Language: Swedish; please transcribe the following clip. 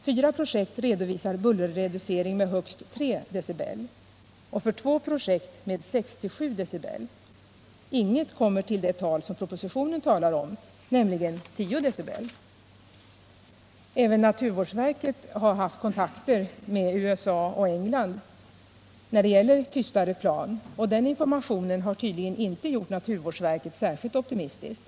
Fyra projekt redovisar en bullerreducering med högst 3 dB och två projekt en bullerreducering med 6-7 dB. Inget projekt kommer upp till det tal som propositionen nämner, nämligen 10 dB. Även om man skulle få fram de i rapporten redovisade tystare planen, skulle bullergränsen i vissa områden ligga över 55 dB och skulle inte kunna accepteras från bullersynpunkt enligt de antagna gränsvärdena. Även naturvårdsverket har haft kontakter med USA och England beträffande de tystare planen, men den informationen har tydligen inte gjort naturvårdsverket särskilt optimistiskt.